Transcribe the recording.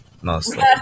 mostly